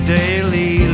daily